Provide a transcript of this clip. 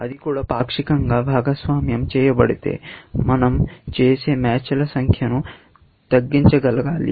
అది కూడా పాక్షికంగా భాగస్వామ్యం చేయబడితే మనం చేసే మ్యాచ్ల సంఖ్యను తగ్గించగలగాలి